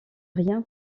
rien